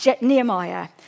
Nehemiah